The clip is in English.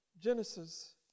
Genesis